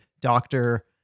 doctor